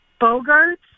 Bogart's